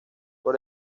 por